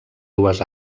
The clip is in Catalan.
dues